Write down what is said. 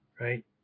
right